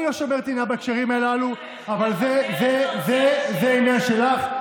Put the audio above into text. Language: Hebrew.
אני לא שומר טינה בהקשרים הללו, אבל זה עניין שלך.